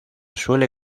suele